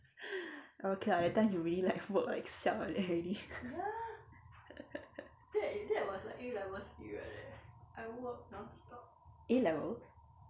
orh okay lah that time you really like work like siao like that already A-levels